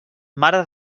mare